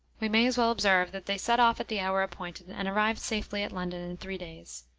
we may as well observe, that they set off at the hour appointed, and arrived safely at london in three days.